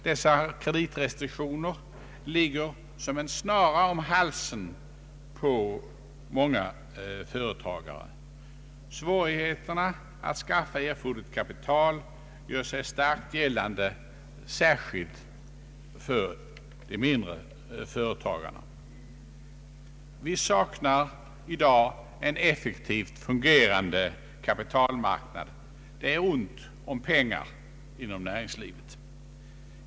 Dessa kreditrestriktioner är som en snara om halsen på många företagare. Svårigheterna att skaffa erforderligt kapital gör sig starkt gällande särskilt för de mindre företagarna. Vi saknar i dag en effektivt fungerande kapitalmarknad. Det är ont om pengar inom näringslivet.